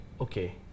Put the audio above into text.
Okay